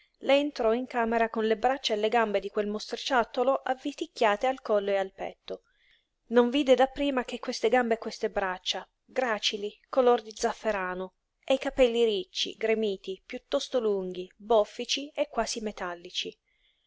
le entrò in camera con le braccia e le gambe di quel mostriciattolo avviticchiate al collo e al petto non vide dapprima che queste gambe e queste braccia gracili color di zafferano e i capelli ricci gremiti piuttosto lunghi boffici e quasi metallici